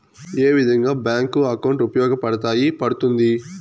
ఏ విధంగా bank account ఉపయోగపడతాయి పడ్తుంది